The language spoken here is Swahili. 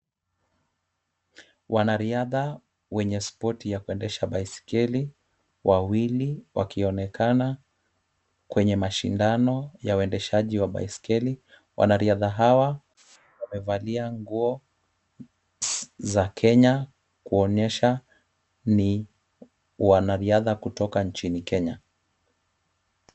Wanariadha wenye spoti ya kuendesha baiskeli wawili wakionekana kwenye mashindano ya kuendesha baiskeli. Wanariadha hawa wamevalia nguo za Kenya kuonyesha ni wanariadha kutoka nchini Kenya.